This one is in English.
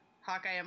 hawkeye